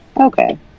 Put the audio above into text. Okay